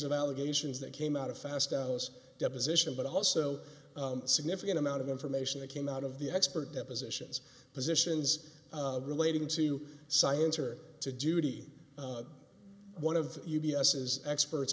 of allegations that came out of fastow's deposition but also a significant amount of information that came out of the expert depositions positions relating to science or to duty one of u b s is experts